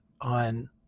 on